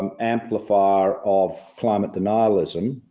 um amplifier of climate denialism,